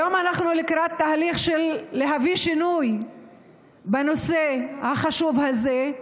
היום אנחנו לקראת תהליך של שינוי בנושא החשוב הזה,